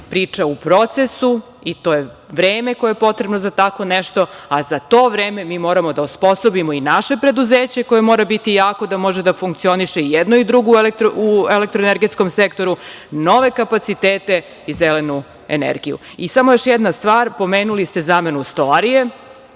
priča u procesu i to je vreme koje je potrebno za tako nešto, a za to vreme mi moramo da osposobimo i naše preduzeće koje mora biti jako da može da funkcioniše, i jednu i drugu u elektroenergetskom sektoru, nove kapacitete i zelenu energiju.I samo još jedna stvar, pomenuli ste zamenu stolarije.